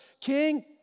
King